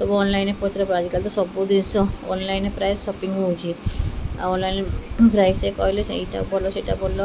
ସବୁ ଅନଲାଇନ୍ରେ ପଚାରି ପାରିବ ଆଜିକାଲି ତ ସବୁ ଜିନିଷ ଅନଲାଇନ୍ ପ୍ରାୟ ସପିଂ ହଉଛି ଆଉ ଅନଲାଇନ୍ ପ୍ରାଇସ୍ କହିଲେ ସେଇଟା ଭଲ ସେଇଟା ଭଲ